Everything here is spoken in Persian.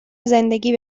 زندگی